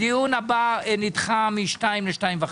הישיבה ננעלה בשעה 12:50.